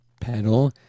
pedal